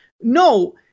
No